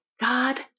God